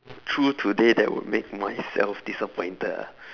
true today that would make myself disappointed ah